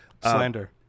Slander